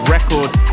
Records